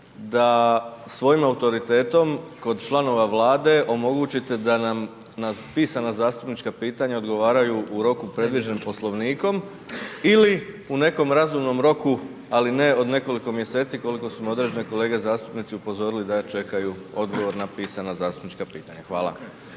da svojim autoritetom kod članova Vlade omogućite da nam na pisana zastupnička pitanja odgovaranju u roku predviđenom Poslovnikom ili u nekom razumnom roku, ali ne od nekoliko mjeseci koliko su me određene kolege zastupnici upozorili da čekaju odgovor na pisana zastupnička pitanja. Hvala.